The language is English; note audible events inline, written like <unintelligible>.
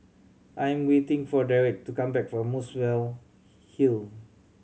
I am waiting for Derik to come back from Muswell <unintelligible> Hill